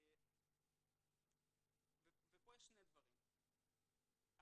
פה יש שני דברים,